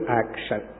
action